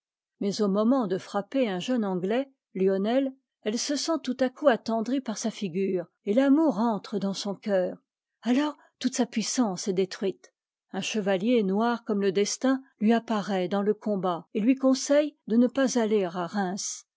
mais au moment de frapper un jeune anglais lionel elle se sent tout à coup attendrie par sa figure et l'amour entre dans son cœur alors toute sa puissance est détruite un chevalier noir comme le destin lui apparait dans le combat et lui conseille de ne pas aller à reims